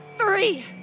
three